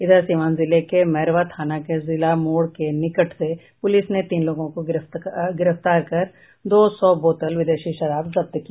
इधर सीवान जिले के मैरवा थाना के जिला मोड़ के निकट से पुलिस ने तीन लोगों को गिरफ्तार कर दो सौ बोतल विदेशी शराब जब्त किया